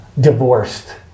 divorced